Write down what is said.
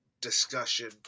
discussion